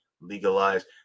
legalized